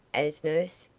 as nurse?